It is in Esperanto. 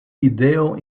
ideo